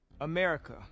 America